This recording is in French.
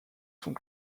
sont